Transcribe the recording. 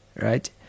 right